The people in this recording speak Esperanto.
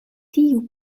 tiu